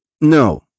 no